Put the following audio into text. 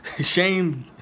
Shame